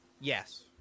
Yes